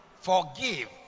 forgive